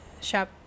shop